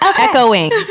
echoing